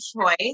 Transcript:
choice